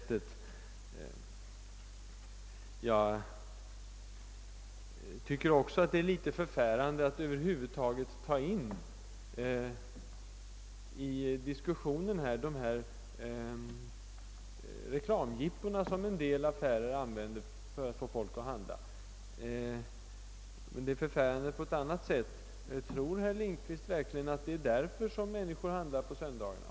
Jag tycker också att det är förfärande att i diskussionen ta in de reklamjippon som en del affärer använder för att få folk att handla. Men det är förfärande på ett annat sätt. Tror herr Lindkvist verkligen att det är därför som människorna handlar på söndagarna?